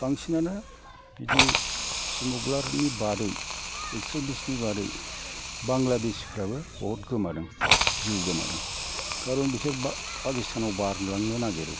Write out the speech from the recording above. बांसिनानो बिदि स्मग्लारनि बादै एक्सट्रिमिसनि बादै बांलादेशिफ्राबो बहुद गोमादों जिउ गोमादों कारन बिसोरो फाकिस्तानाव बारलांनो नागिरो